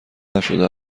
نشده